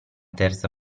terza